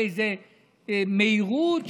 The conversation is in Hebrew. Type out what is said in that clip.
במהירות,